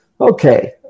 Okay